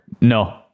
No